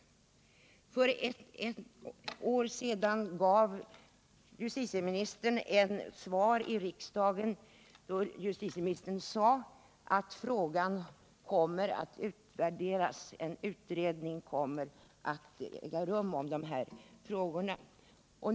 För ett år sedan sade justitieministern i ett svar i riksdagen att verksamheten skulle komma att utvärderas och att en utredning om dessa frågor skulle äga rum.